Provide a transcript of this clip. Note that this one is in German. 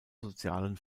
sozialen